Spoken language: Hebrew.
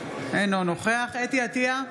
אינו נוכח חוה אתי עטייה,